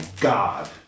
God